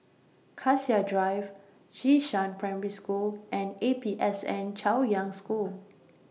Cassia Drive Xishan Primary School and A P S N Chaoyang School